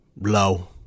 low